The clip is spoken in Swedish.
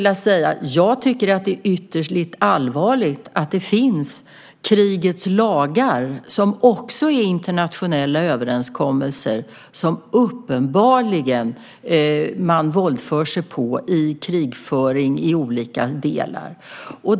Jag tycker att det är ytterst allvarligt att det finns krigets lagar, vilka också är internationella överenskommelser, som man uppenbarligen våldför sig på i krigföring i olika delar.